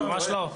לא, לא, ממש לא.